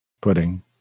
Pudding